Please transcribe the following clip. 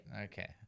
Okay